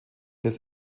des